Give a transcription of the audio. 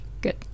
good